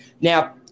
Now